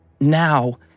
Now